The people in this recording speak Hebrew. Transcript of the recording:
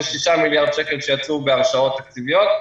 יש 6 מיליארד שקל שיצאו בהרשאות תקציביות,